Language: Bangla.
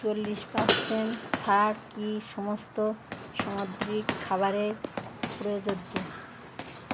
চল্লিশ পার্সেন্ট ছাড় কি সমস্ত সামুদ্রিক খাবারে প্রযোজ্য